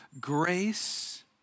grace